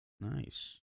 Nice